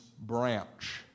branch